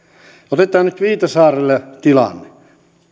otetaan nyt viitasaarella tilanne